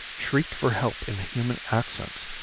shrieked for help in human accents,